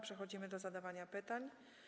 Przechodzimy do zadawania pytań.